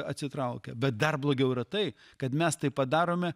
atsitraukia bet dar blogiau yra tai kad mes tai padarome